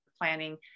planning